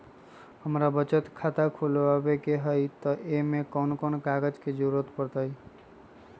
हमरा बचत खाता खुलावेला है त ए में कौन कौन कागजात के जरूरी परतई?